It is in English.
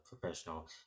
professional